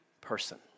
person